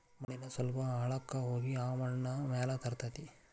ಮಣ್ಣಿನ ಸ್ವಲ್ಪ ಆಳಕ್ಕ ಹೋಗಿ ಆ ಮಣ್ಣ ಮ್ಯಾಲ ತರತತಿ